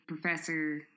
professor